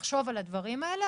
לחשוב על הדברים האלה,